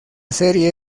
serie